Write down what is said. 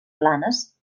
blanes